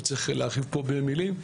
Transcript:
לא צריך להרחיב במילים,